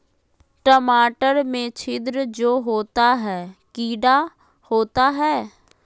टमाटर में छिद्र जो होता है किडा होता है?